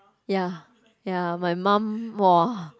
ya ya my mum !wah!